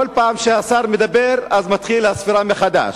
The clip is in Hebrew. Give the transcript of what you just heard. כל פעם שהשר מדבר, אז מתחילה הספירה מחדש.